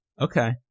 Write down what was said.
okay